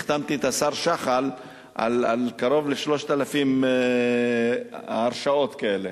החתמתי את השר שחל על קרוב ל-3,000 הרשעות כאלה.